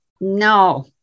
no